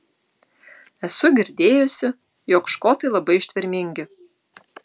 esu girdėjusi jog škotai labai ištvermingi